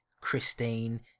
Christine